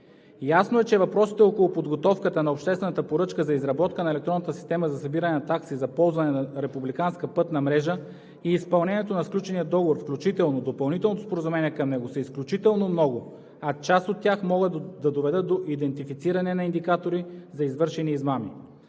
Ясно е, че въпросите около подготовката на обществената поръчка за изработка на електронната система за събиране на такси за ползване на републиканска пътна мрежа и изпълнението на сключения договор, включително допълнителното споразумение към него, са изключително много, а част от тях могат да доведат до идентифициране на индикатори за извършени измами.